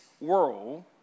world